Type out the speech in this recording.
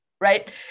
right